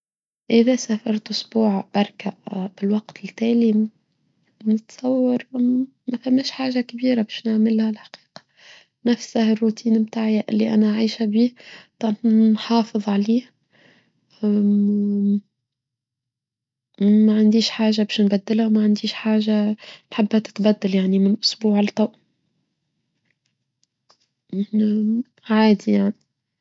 إذا سافرت أسبوع بركة بالوقت التالي من التصور ما فهماش حاجة كبيرة باش نعملها الحقيقة نفس هالروتين بتاعي اللي أنا عايشة به طب نحافظ عليه ما عنديش حاجة باش نبدلها ما عنديش حاجة نحبها تتبدل يعني من أسبوع لطو عادي يعني.